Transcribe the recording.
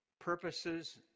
purposes